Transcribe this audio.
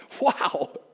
Wow